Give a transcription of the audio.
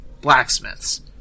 blacksmiths